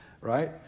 right